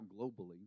globally